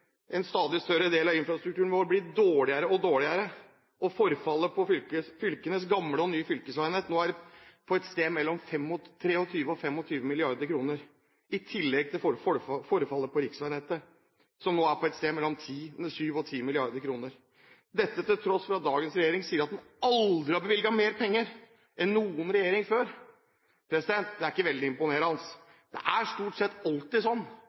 en stadig større del av infrastrukturen vår blir dårligere og dårligere. Forfallet på fylkenes gamle og nye fylkesveinett vil nå koste et sted mellom 23 mrd. kr og 25 mrd. kr å utbedre. I tillegg vil forfallet på riksveinettet koste et sted mellom 7 mrd. kr og 10 mrd. kr å utbedre – dette til tross for at dagens regjering sier at det aldri har vært bevilget mer penger av noen regjering før. Det er ikke veldig imponerende. Det er stort sett alltid sånn